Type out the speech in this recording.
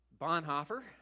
Bonhoeffer